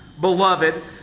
beloved